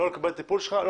לא נקבל את הבקשה,